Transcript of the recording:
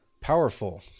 Powerful